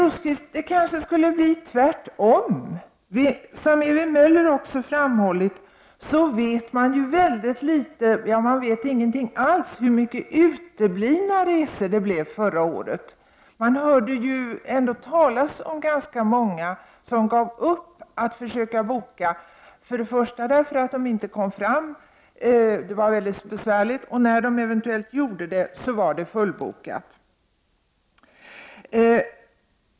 Men det kanske skulle bli tvärtom, Birger Rosqvist. Som Ewy Möller också har framhållit vet man oerhört litet — ja, ingenting alls — om hur många resor som uteblev förra året. Man hörde talas om ganska många som gav upp försöken att boka. Först och främst var det besvärligt att komma fram på telefon. När man sedan eventuellt kom fram, var det redan fullbokat.